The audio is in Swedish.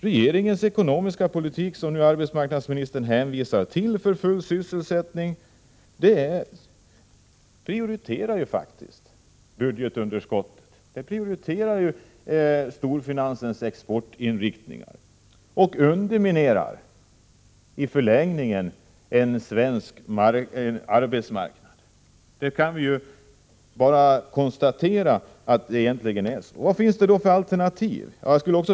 Regeringens ekonomiska politik, som arbetsmarknadsministern hänvisar till för full sysselsättning, prioriterar faktiskt storfinansens exportinriktningar. Budgetunderskottet underminerar i förlängningen en svensk arbetsmarknad. Vi kan bara konstatera att det egentligen är så. Vad finns det för alternativ?